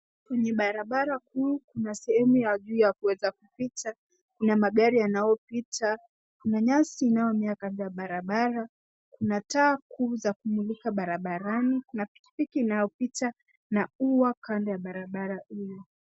Kwenye barabara kuu kuna sehemu ya juu ya kuweza kupita. Kuna magari yanayopita, kuna nyasi inayomea kando ya barabara , kuna taa kuu za kumulika barabarani, kuna pikipiki inayopita na ua kando ya barabara hili.